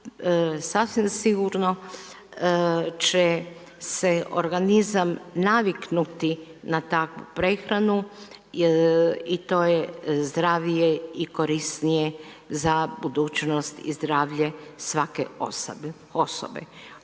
sasvim sigurno će se organizam naviknuti na takvu prehranu i to je zdravlje svake osobe.